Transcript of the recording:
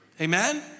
Amen